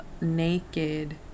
naked